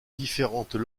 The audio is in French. différentes